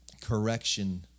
correction